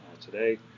today